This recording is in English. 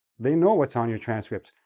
they know what's on your transcripts.